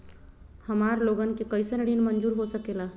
हमार लोगन के कइसन ऋण मंजूर हो सकेला?